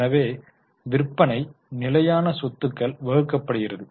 எனவே விற்பனை நிலையான சொத்துக்கள் வகுக்கப்படுகிறது